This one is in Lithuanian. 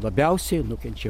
labiausiai nukenčia